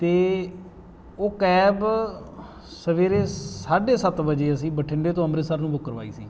ਅਤੇ ਉਹ ਕੈਬ ਸਵੇਰੇ ਸਾਢੇ ਸੱਤ ਵਜੇ ਅਸੀਂ ਬਠਿੰਡੇ ਤੋਂ ਅੰਮ੍ਰਿਤਸਰ ਨੂੰ ਬੁੱਕ ਕਰਵਾਈ ਸੀ